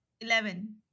Eleven